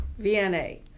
VNA